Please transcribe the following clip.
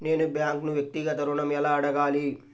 నేను బ్యాంక్ను వ్యక్తిగత ఋణం ఎలా అడగాలి?